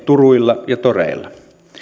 turuilla ja toreilla